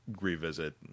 revisit